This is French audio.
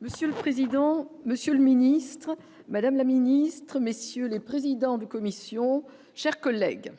Monsieur le président, Monsieur le ministre madame la ministre, messieurs les présidents de commission chers collègues.